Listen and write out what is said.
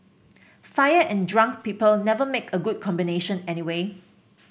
fire and drunk people never make a good combination anyway